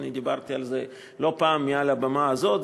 אני דיברתי על זה לא פעם מעל הבמה הזאת,